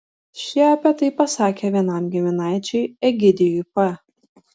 šie apie tai pasakė vienam giminaičiui egidijui p